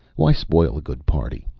why spoil a good party?